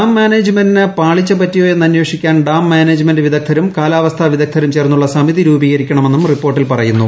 dam മാനേജ്മെന്റിന് പാളിച്ച പറ്റിയോ ് എ് ണ് അന്വേഷിക്കാൻ ഡാം മാനേജ്മെന്റ് വിദഗ്ധരും കാല്പ്പ്പസ്ഥാ വിദഗ്ധരും ചേർന്നുള്ള സമിതി രൂപീകരിക്കണമെന്നും ്റിപ്പോർട്ടിൽ പറയുന്നു